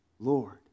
Lord